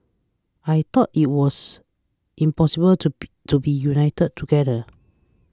I thought it was impossible to be to be united together